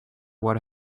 what